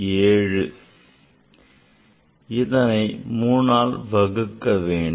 7 இதனை 3ஆல் வகுக்க வேண்டும்